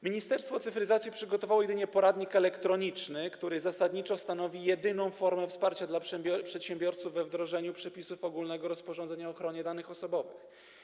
Ministerstwo Cyfryzacji przygotowało jedynie poradnik elektroniczny, który zasadniczo stanowi jedyną formę wsparcia dla przedsiębiorców we wdrażaniu przepisów ogólnego rozporządzenia o ochronie danych osobowych.